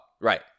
Right